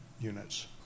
units